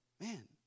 Man